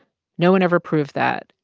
no one ever proved that.